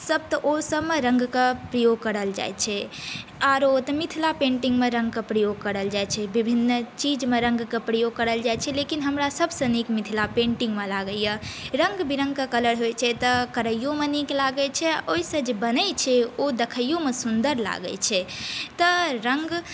सब तऽ ओ सभमे रङ्गकऽ प्रयोग करल जाइ छै आरो तऽ मिथिला पेन्टिंगमे रङ्गके प्रयोग करल जाइ छै विभिन्न चीजमे रङ्गके प्रयोग करल जाइ छै लेकिन हमरा सभसँ नीक मिथिला पेन्टिंगमे लागैया रङ्ग विरङ्गके कलर होइ छै तऽ करइयोमे नीक लागै छै ओहिसँ जे बनै छै ओ देखइयोमे सुन्दर लागै छै तऽ रङ्ग